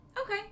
Okay